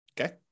okay